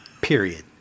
Period